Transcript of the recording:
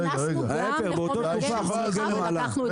אנחנו נכנסנו גם לחומר גלם ולקחנו את זה בחשבון.